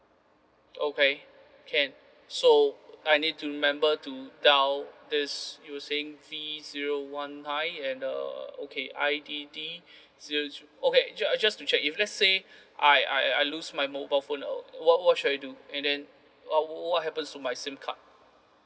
okay can so I need to remember to dial this using three zero one nine and uh okay I D D zero okay j~ just to check if let's say I I I lose my mobile phone or what what should I do and then uh what happen to my SIM card